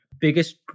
biggest